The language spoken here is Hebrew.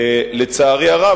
לצערי הרב,